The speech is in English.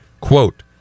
Quote